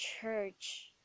church